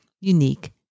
unique